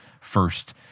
first